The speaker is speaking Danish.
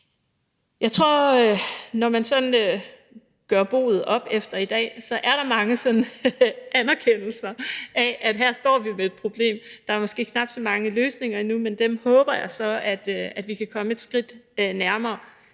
Når man sådan gør boet op efter i dag, er der mange, der anerkender, at her står vi med et problem. Der er måske knap så mange løsninger endnu, men dem håber jeg så at vi kan komme et skridt nærmere,